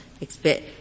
expect